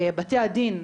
בתי הדין,